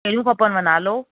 कहिड़ियूं खपनव नालो